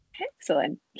Excellent